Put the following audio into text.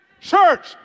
church